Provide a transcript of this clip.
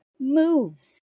moves